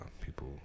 people